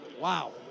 Wow